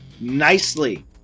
nicely